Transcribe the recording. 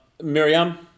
Miriam